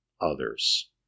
others